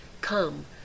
Come